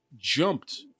jumped